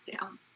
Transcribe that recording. down